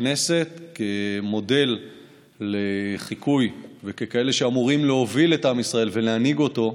הכנסת כמודל לחיקוי וככאלה שאמורים להוביל את עם ישראל ולהנהיג אותו,